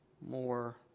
more